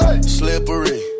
Slippery